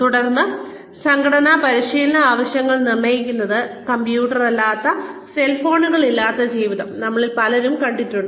തുടർന്ന് സംഘടനാ പരിശീലന ആവശ്യങ്ങൾ നിർണ്ണയിക്കുന്നത് കമ്പ്യൂട്ടറുകളില്ലാത്ത സെൽ ഫോണുകളില്ലാത്ത ഒരു ജീവിതം നമ്മളിൽ പലരും കണ്ടിട്ടുണ്ട്